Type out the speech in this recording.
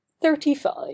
Thirty-five